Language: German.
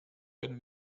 wenn